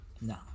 No